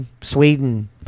sweden